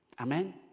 Amen